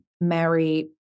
Mary